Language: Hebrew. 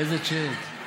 איזה צ'ק?